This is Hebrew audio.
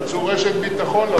הם רצו רשת ביטחון לבורסה.